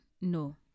No